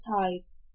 ties